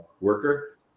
worker